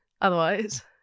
Otherwise